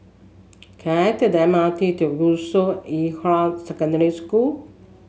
can I take the M R T to Yusof Ishak Secondary School